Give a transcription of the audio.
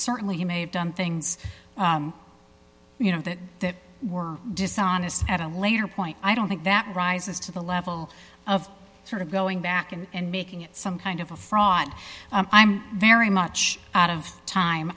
certainly you may have done things you know that were dishonest at a later point i don't think that rises to the level of sort of going back and making it some kind of a fraud i'm very much out of time